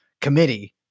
committee